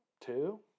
two